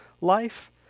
life